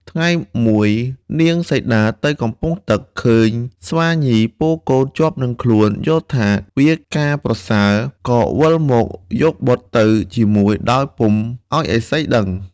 ថ្ងៃមួយនាងសីតាទៅកំពង់ទឹកឃើញស្វាញីពរកូនជាប់នឹងខ្លួនយល់ថាវាការប្រសើរ ក៏វិលមកយកបុត្រទៅជាមួយដោយពុំឱ្យឥសីដឹង។